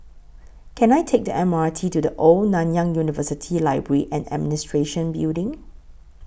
Can I Take The M R T to The Old Nanyang University Library and Administration Building